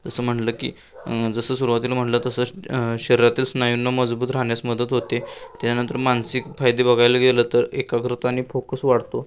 जसं म्हणलं की जसं सुरवातीला म्हणलं तसं शरीरातील स्नायूंना मजबूत राहण्यास मदत होते त्यानंतर मानसिक फायदे बघायला गेलं तर एकाग्रता आणि फोकस वाढतो